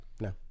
no